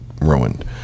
ruined